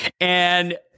and-